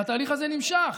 והתהליך הזה נמשך.